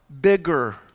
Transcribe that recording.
bigger